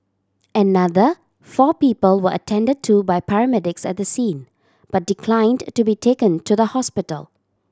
another four people were attend to by paramedics at the scene but declined to be taken to the hospital